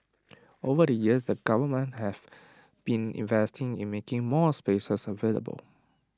over the years the government have been investing in making more spaces available